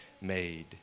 made